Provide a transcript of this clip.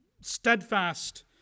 steadfast